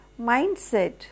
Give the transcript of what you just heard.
mindset